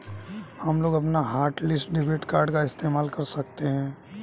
हमलोग अपना hotlist debit card का इस्तेमाल कर सकते हैं